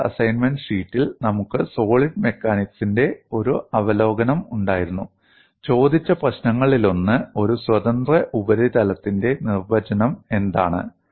ആദ്യ അസൈൻമെന്റ് ഷീറ്റിൽ നമുക്ക് സോളിഡ് മെക്കാനിക്സിന്റെ ഒരു അവലോകനം ഉണ്ടായിരുന്നു ചോദിച്ച പ്രശ്നങ്ങളിലൊന്ന് ഒരു സ്വതന്ത്ര ഉപരിതലത്തിന്റെ നിർവചനം എന്താണ്